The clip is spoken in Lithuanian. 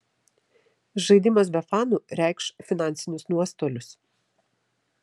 žaidimas be fanų reikš finansinius nuostolius